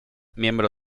miembro